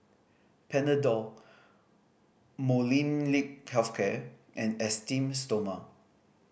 Panadol Molnylcke Health Care and Esteem Stoma